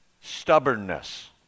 stubbornness